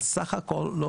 הסך הכל,